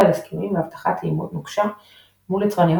על הסכמים והבטחת תאימות נוקשה מול יצרניות